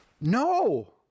No